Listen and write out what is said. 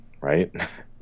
Right